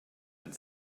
and